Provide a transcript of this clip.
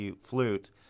Flute